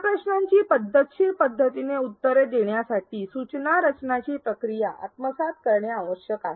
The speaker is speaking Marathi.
या प्रश्नांची पद्धतशीर पद्धतीने उत्तरे देण्यासाठी सूचना रचनाची प्रक्रिया आत्मसात करणे आवश्यक आहे